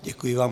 Děkuji vám.